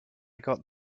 got